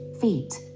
feet